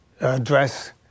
address